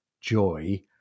joy